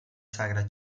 saga